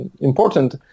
important